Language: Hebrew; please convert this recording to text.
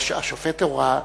השופט הורה.